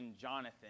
Jonathan